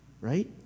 right